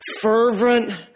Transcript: fervent